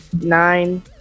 Nine